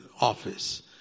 office